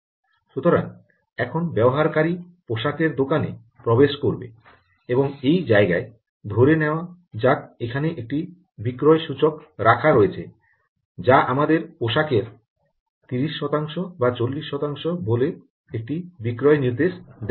সুতরাং এখন ব্যবহারকারী পোশাকের দোকানে প্রবেশ করবে এবং এই জায়গায় ধরে নেওয়া যাক সেখানে একটি বিক্রয় সূচক রাখা রয়েছে যা আমাদের পোশাকের 30 শতাংশ বা 40 শতাংশ বলে একটি বিক্রয় নির্দেশ দেওয়া রয়েছে